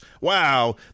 Wow